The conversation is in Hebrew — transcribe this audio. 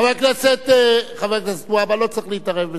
חבר הכנסת והבה, לא צריך להתערב בזה.